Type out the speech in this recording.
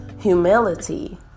humility